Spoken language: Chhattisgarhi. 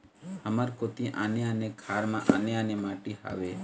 हमर कोती आने आने खार म आने आने माटी हावे?